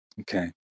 Okay